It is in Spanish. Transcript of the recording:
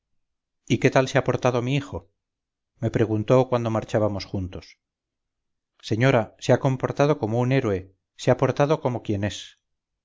y qué tal se ha portado mi hijo me preguntó cuando marchábamos juntos señora se ha portado como un héroe se ha portado como quien es